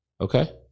Okay